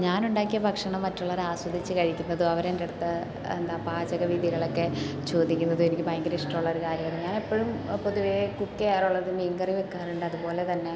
ഞാൻ ഉണ്ടാക്കിയ ഭക്ഷണം മറ്റുള്ളവർ ആസ്വദിച്ച് കഴിക്കുന്നതും അവർ എന്റെ എടുത്ത് എന്താണ് പാചകവിദ്യകളൊക്കെ ചോദിക്കുന്നതും എനിക്ക് ഭയങ്കര ഇഷ്ടമുള്ള ഒരു കാര്യമാണ് ഞാൻ എപ്പോഴും പൊതുവേ കുക്ക് ചെയ്യാറുള്ളത് മീൻകറി വയ്ക്കാറുണ്ട് അതുപോലെ തന്നെ